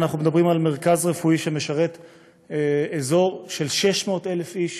אנחנו מדברים על מרכז רפואי שמשרת אזור של 600,000 איש,